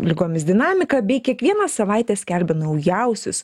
ligomis dinamiką bei kiekvieną savaitę skelbia naujausius